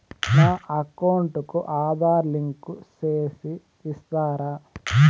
నా అకౌంట్ కు ఆధార్ లింకు సేసి ఇస్తారా?